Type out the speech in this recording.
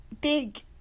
big